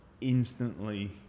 instantly